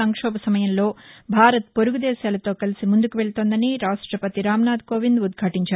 సంక్షోభ సమయంలో భారత్ పొరుగు దేశాలతో కలిసి ముందుకు వెళుతోందని రాష్టపతి రామ్నాథ్ కోవింద్ ఉద్భాటించారు